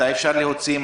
מתי אפשר להוציא?